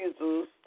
Jesus